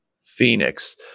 Phoenix